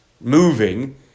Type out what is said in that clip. moving